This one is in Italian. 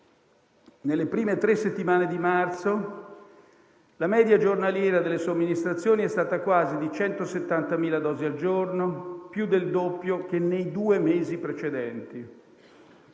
nelle prime tre settimane di marzo, la media giornaliera delle somministrazioni è stata quasi di 170.000 dosi al giorno, più del doppio che nei due mesi precedenti.